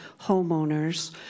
homeowners